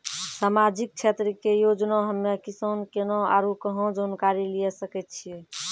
समाजिक क्षेत्र के योजना हम्मे किसान केना आरू कहाँ जानकारी लिये सकय छियै?